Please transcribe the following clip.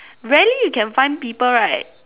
rarely you can find people right